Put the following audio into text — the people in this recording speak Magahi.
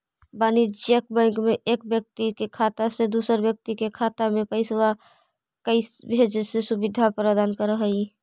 वाणिज्यिक बैंक एक व्यक्ति के खाता से दूसर व्यक्ति के खाता में पैइसा भेजजे के सुविधा प्रदान करऽ हइ